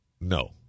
No